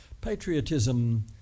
patriotism